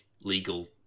legal